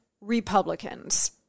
Republicans